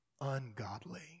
ungodly